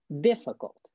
difficult